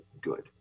good